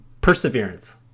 perseverance